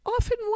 often